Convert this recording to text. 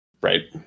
Right